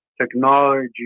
technology